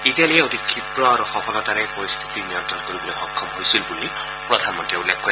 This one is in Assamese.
ইটালীয়ে অতি ক্ষিপ্ৰ আৰু সফলতাৰে পৰিস্থিতি নিয়ন্ত্ৰণ কৰিবলৈ সক্ষম হৈছিল বুলি প্ৰধানমন্ত্ৰীয়ে উল্লেখ কৰে